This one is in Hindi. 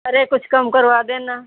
अरे कुछ कम करवा देना